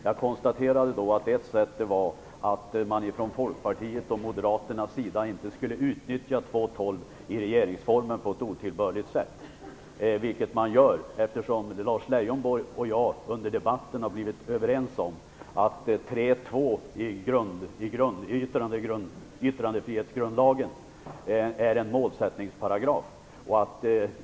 Jag konstaterade att ett sätt var att man från Folkpartiets och Moderaternas sida inte utnyttjade 2 kap. 12 § i Regeringsformen på ett otillbörligt sätt, vilket man nu gör. Lars Leijonborg och jag har under debatten blivit överens om att 3 kap. 2 § i Yttrandefrihetsgrundlagen är en målsättningsparagraf.